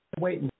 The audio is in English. wait